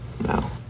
no